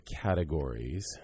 categories